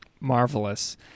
Marvelous